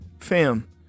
Fam